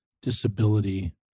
disability